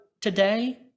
today